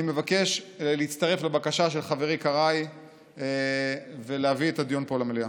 אני מבקש להצטרף לבקשה של חברי קרעי ולהביא את הדיון פה למליאה.